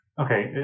Okay